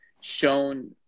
shown